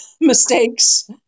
mistakes